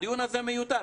הדיון הזה מיותר,